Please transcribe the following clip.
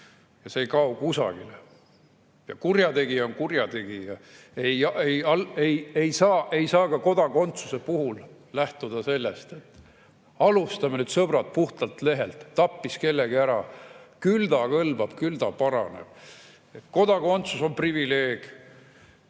ja see ei kao kusagile, ning kurjategija on kurjategija. Ei saa ka kodakondsuse puhul lähtuda sellest, et alustame nüüd, sõbrad, puhtalt lehelt, tappis kellegi ära, küll ta kõlbab, küll ta paraneb. Kodakondsus on privileeg,